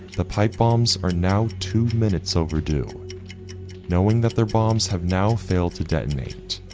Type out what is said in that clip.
the pipe bombs are now two minutes overdue knowing that their bombs have now failed to detonate,